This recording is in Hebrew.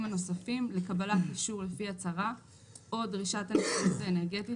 הנוספים לקבלת אישור לפי הצהרה או דרישת הנצילות האנרגטית